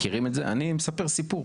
אני בעד לטפל בזה.